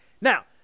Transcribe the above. Now